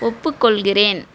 ஒப்புக்கொள்கிறேன்